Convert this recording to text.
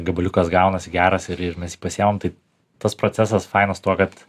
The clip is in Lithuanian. gabaliukas gaunasi geras ir ir mes jį pasiėmam tai tas procesas fainas tuo kad